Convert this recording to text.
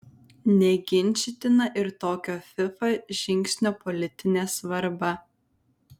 neginčytina ir tokio fifa žingsnio politinė svarba